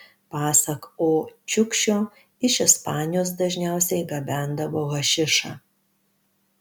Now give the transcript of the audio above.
pasak o čiukšio iš ispanijos dažniausiai gabendavo hašišą